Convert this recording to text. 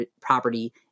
property